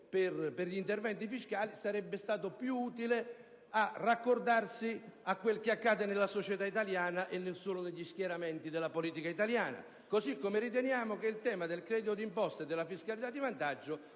per gli interventi fiscali sarebbe stato più utile per raccordarsi a quanto accade nella società italiana, e non solo negli schieramenti della politica italiana. Riteniamo altresì che il tema del credito d'imposta e della fiscalità di vantaggio